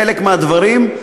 בחלק מהדברים,